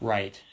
Right